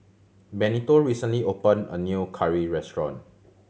Benito recently opened a new curry restaurant